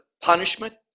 punishment